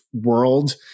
world